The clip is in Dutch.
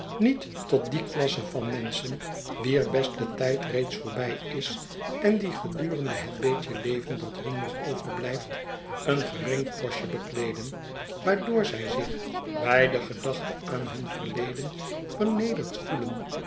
niet tot die klassen van menschen wier beste tijd reeds voorbij is en die gedurende het beetje leven dat hun nog overblijft een gering postje bekleeden waardoor zij zich bij de gedachte aan hun verleden vernederd voelen